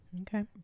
Okay